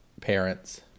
parents